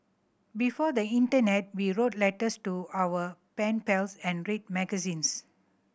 before the internet we wrote letters to our pen pals and read magazines